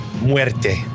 Muerte